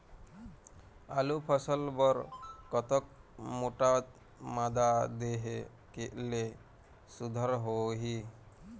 आलू फसल बर कतक मोटा मादा देहे ले सुघ्घर होही?